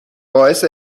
باعث